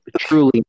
truly